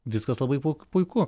viskas labai puiku puiku